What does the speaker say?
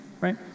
Right